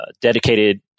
dedicated